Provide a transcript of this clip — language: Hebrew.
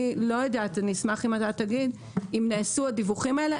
אני אשמח אם תגיד אם נעשו הדיווחים האלה.